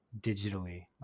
digitally